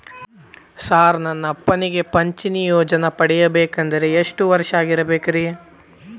Sir ನನ್ನ ಅಪ್ಪನಿಗೆ ಪಿಂಚಿಣಿ ಯೋಜನೆ ಪಡೆಯಬೇಕಂದ್ರೆ ಎಷ್ಟು ವರ್ಷಾಗಿರಬೇಕ್ರಿ?